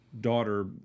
daughter